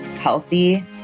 healthy